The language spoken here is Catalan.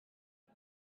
que